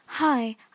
Hi